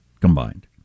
combined